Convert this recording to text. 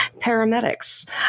paramedics